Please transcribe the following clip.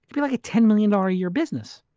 be like a ten million dollars a year business,